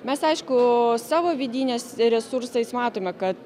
mes aišku savo vidinės resursais matome kad